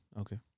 Okay